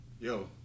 Yo